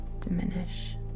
diminish